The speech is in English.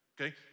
Okay